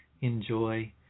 enjoy